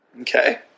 Okay